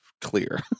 clear